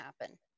happen